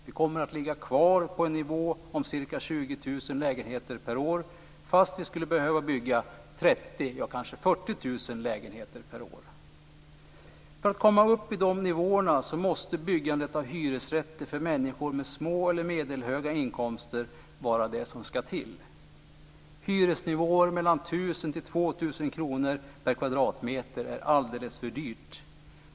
Vi kommer att ligga kvar på en nivå om ca 20 000 lägenheter per år fast vi skulle behöva bygga 30 000, ja kanske 40 000, lägenheter per år. För att komma upp i de nivåerna måste det till byggande av hyresrätter för människor med små eller medelhöga inkomster. Hyresnivåer på 1 000-2 000 kr per kvadratmeter är alldeles för dyrt.